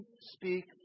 speak